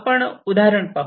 आपण उदाहरण पाहू